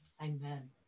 Amen